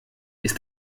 ist